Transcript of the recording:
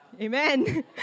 Amen